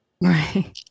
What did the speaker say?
Right